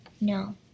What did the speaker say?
no